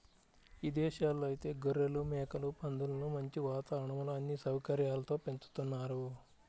ఇదేశాల్లో ఐతే గొర్రెలు, మేకలు, పందులను మంచి వాతావరణంలో అన్ని సౌకర్యాలతో పెంచుతున్నారు